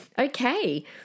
Okay